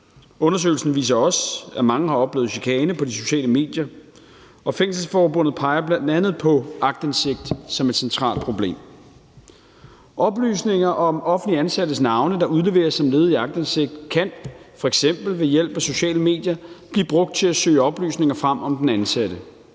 Undersøgelsen viser også, at mange har oplevet chikane på de sociale medier, og Fængselsforbundet peger bl.a. på aktindsigt som et centralt problem. Oplysninger om offentligt ansattes navne, der udleveres som led i aktindsigt, kan f.eks. ved hjælp af sociale medier blive brugt til at søge oplysninger frem om den ansatte.